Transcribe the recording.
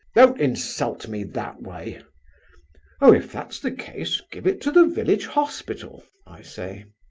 don't insult me that way oh, if that's the case, give it to the village hospital i say.